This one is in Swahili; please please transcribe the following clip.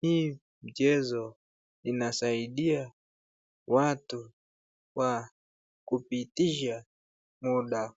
hii mchezo inasaidia watu kwa kupitisha muda.